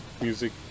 music